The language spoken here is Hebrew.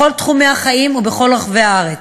בכל תחומי החיים ובכל רחבי הארץ.